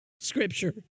scripture